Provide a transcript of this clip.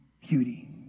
beauty